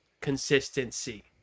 consistency